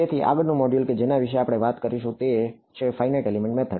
તેથી આગળનું મોડ્યુલ કે જેના વિશે આપણે વાત કરીશું તે છે ફાઇનાઇટ એલિમેન્ટ મેથડ